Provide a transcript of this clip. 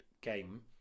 game